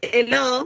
Hello